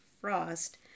frost